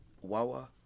Wawa